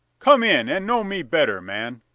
come in! and know me better, man!